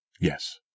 Yes